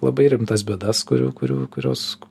labai rimtas bėdas kurių kurių kurios